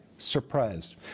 surprised